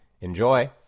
Enjoy